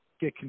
get